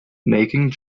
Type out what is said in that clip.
making